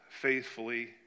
faithfully